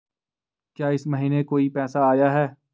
क्या इस महीने कोई पैसा आया है?